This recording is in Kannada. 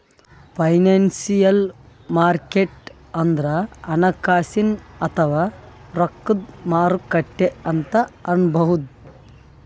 ಫೈನಾನ್ಸಿಯಲ್ ಮಾರ್ಕೆಟ್ ಅಂದ್ರ ಹಣಕಾಸಿನ್ ಅಥವಾ ರೊಕ್ಕದ್ ಮಾರುಕಟ್ಟೆ ಅಂತ್ ಅನ್ಬಹುದ್